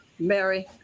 Mary